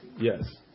Yes